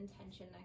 intention